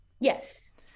Yes